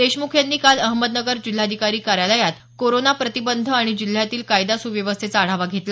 देशमुख यांनी काल अहमदनगर जिल्हाधिकारी कार्यालयात कोरोना प्रतिबंध आणि जिल्ह्यातील कायदा सुव्यवस्थेचा आढावा घेतला